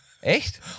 Echt